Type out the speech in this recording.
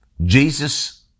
Jesus